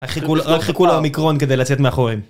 חיכו.. רק חיכו לאומיקרון כדי לצאת מהחורים.